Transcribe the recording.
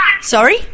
Sorry